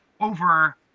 over